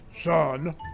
Son